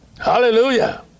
Hallelujah